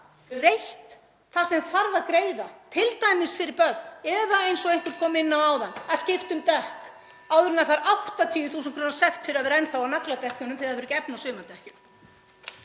greitt það sem þarf að greiða, t.d. fyrir börn, eða eins og einhver kom inn á áðan að skipta um dekk áður en fólk fær 80.000 kr. sekt fyrir að vera enn á nagladekkjunum þegar það hefur ekki efni á sumardekkjum.